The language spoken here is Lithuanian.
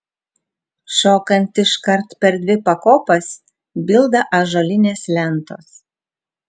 šokant iškart per dvi pakopas bilda ąžuolinės lentos